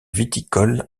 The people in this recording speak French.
viticole